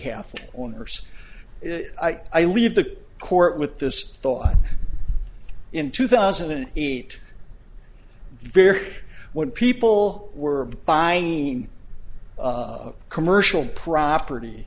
half owners if i leave the court with this thought in two thousand and eight very when people were finding commercial property